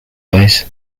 days